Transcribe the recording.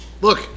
look